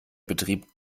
betrieb